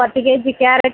பத்து KG carrot